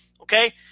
Okay